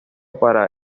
para